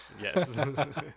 Yes